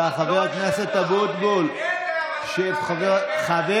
חבר הכנסת אבוטבול, חבר